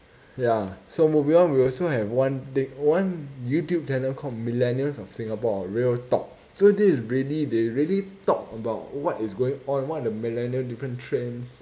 ya so moving on we also have one thing one youtube channel called millennials of singapore real talk so this is really they really talk about what is going on what are the millennials different trends